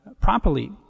properly